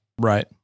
Right